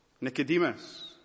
Nicodemus